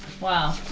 Wow